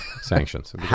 sanctions